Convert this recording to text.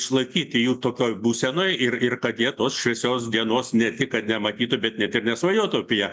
išlaikyti jų tokioj būsenoj ir ir kad jie tos šviesios dienos ne tik kad nematytų bet net ir nesvajotų apie